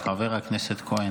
חבר הכנסת כהן.